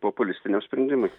populistiniam sprendimui